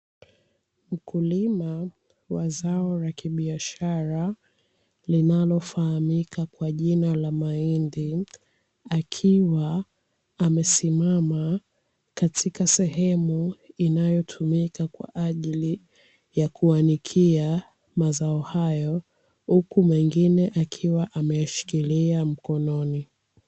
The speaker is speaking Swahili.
Mkulima wa zao la kibiashara linalofahamika kwa jina la mahindi, akiwa amesimama katika sehemu inayotumika kwa ajili ya kuanikia mazao hayo huku mengine akiwa ameyashikilia mkononi.